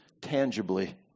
tangibly